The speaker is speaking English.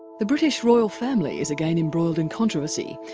the british royal family is again embroiled in controversy,